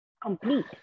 complete